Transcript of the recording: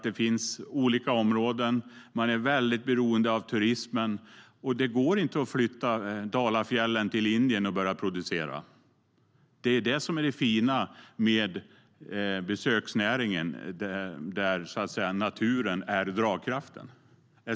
Det finns områden som är mycket beroende av turismen, och det går inte att flytta Dalafjällen till Indien och börja producera. Det fina med besöksnäringen är att naturen är dragkraften.